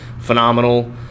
phenomenal